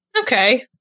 Okay